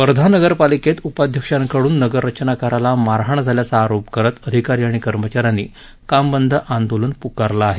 वर्धा नगरपालिकेत उपाध्यक्षांकडून नगररचनाकाराला मारहाण झाल्याचा आरोप करत अधिकारी आणि कर्मचा यांनी कामबंद आंदोलन पुकारलं आहे